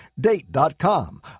Date.com